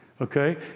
Okay